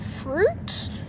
fruits